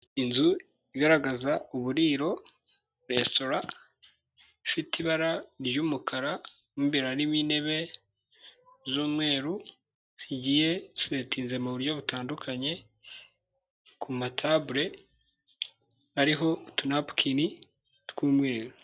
Inzu igaragaza uburiro resitora ifite ibara ry'umukara mo imbere harimo intebe z'umweru zigiye zisetinze mu buryo butandukanye ku matabule ariho utu napukini tw'umweru.